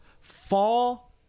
fall